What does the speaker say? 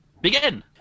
Begin